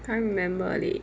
can't remember leh